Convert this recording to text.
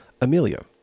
Amelia